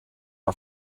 are